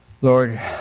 Lord